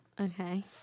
okay